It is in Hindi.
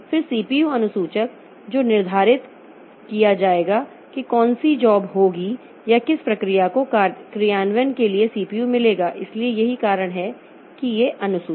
फिर सीपीयू अनुसूचक जो निर्धारित किया जाएगा कि कौन सी नौकरी होगी या किस प्रक्रिया को क्रियान्वयन के लिए सीपीयू मिलेगा इसलिए यही कारण है कि अनुसूचक